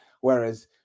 Whereas